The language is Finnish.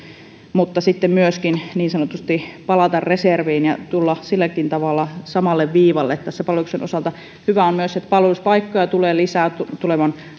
että sitten myöskin niin sanotusti palata reserviin ja tulla silläkin tavalla samalle viivalle tässä palveluksen osalta hyvä on myös että palveluspaikkoja tulee lisää tulevan